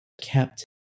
kept